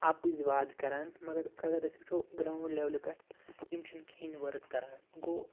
اَپُزۍ وعدٕ کَران مگر اگر أسۍ وٕچھو گرٛاوُنٛڈ لٮ۪ولہِ پٮ۪ٹھ یِم چھِنہٕ کِہیٖنۍ ؤرٕک کَران گوٚو